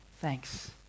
thanks